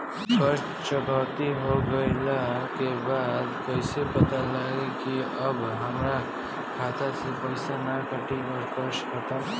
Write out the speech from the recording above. कर्जा चुकौती हो गइला के बाद कइसे पता लागी की अब हमरा खाता से पईसा ना कटी और कर्जा खत्म?